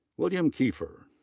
william kiefer.